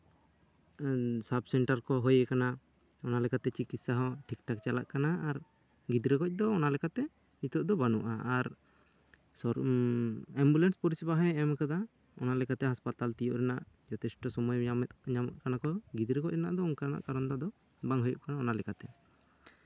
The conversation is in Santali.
ᱩᱸ ᱥᱟᱵ ᱥᱮᱱᱴᱟᱨ ᱠᱚ ᱦᱩᱭ ᱟᱠᱟᱱᱟ ᱚᱱᱟ ᱞᱮᱠᱟᱛᱮ ᱪᱤᱠᱤᱪᱪᱷᱟ ᱦᱚᱸ ᱴᱷᱤᱼᱴᱷᱟᱠ ᱪᱟᱞᱟᱜ ᱠᱟᱱᱟ ᱟᱨ ᱜᱤᱫᱽᱨᱟᱹ ᱜᱚᱡ ᱫᱚ ᱚᱱᱟ ᱞᱮᱠᱟᱛᱮ ᱱᱤᱛᱳᱜ ᱫᱚ ᱵᱟᱱᱩᱜᱼᱟ ᱟᱨ ᱥᱩᱨ ᱩᱸ ᱮᱢᱵᱩᱞᱮᱱᱥ ᱯᱚᱨᱤᱥᱮᱵᱟ ᱦᱚᱸᱭ ᱮᱢ ᱟᱠᱟᱫᱟ ᱚᱱᱟ ᱞᱮᱠᱟᱛᱮ ᱦᱟᱸᱥᱯᱟᱛᱟᱞ ᱛᱤᱭᱳᱜ ᱨᱮᱭᱟᱜ ᱡᱚᱛᱷᱮᱥᱴᱚ ᱥᱚᱢᱚᱭ ᱧᱟᱢ ᱧᱟᱢᱚᱜ ᱠᱟᱱᱟ ᱜᱤᱫᱽᱨᱟᱹ ᱜᱚᱡ ᱨᱮᱱᱟᱜ ᱫᱚ ᱚᱱᱠᱟᱟᱜ ᱠᱟᱨᱚᱱ ᱫᱚ ᱟᱫᱚ ᱵᱟᱝ ᱦᱩᱭᱩᱜ ᱠᱟᱱᱟ ᱚᱱᱟ ᱞᱮᱠᱟᱛᱮ